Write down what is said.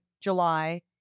July